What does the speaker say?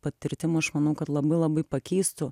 patirtim aš manau kad labai labai pakeistų